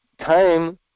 time